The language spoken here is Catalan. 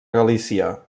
galícia